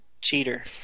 cheater